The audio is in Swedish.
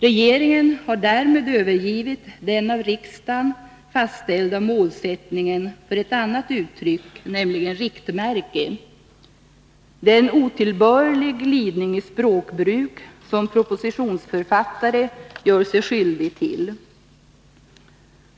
Regeringen har därmed övergivit den av riksdagen fastställda ”målsättningen” för ett annat uttryck, nämligen ”riktmärke”. Det är en otillbörlig glidning i språkbruket, som propositionsförfattaren här gör sig skyldig till.